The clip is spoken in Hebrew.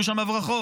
היו שם הברחות,